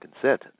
consent